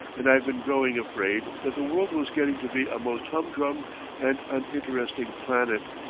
and i've been growing afraid that the world was getting to be a most humdrum and uninteresting planet.